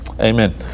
Amen